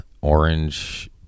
orange